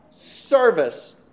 service